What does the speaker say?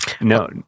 No